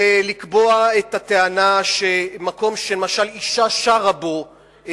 ולקבוע את הטענה שמקום שלמשל אשה שרה בו הוא